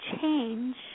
change